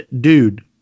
Dude